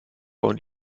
und